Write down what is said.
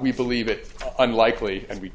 we believe it unlikely and